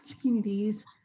communities